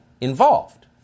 involved